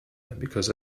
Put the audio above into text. because